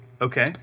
Okay